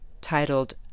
titled